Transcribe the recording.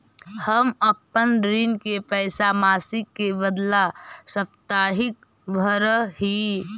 हम अपन ऋण के पैसा मासिक के बदला साप्ताहिक भरअ ही